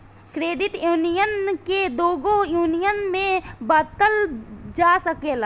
credit union के दुगो union में बॉटल जा सकेला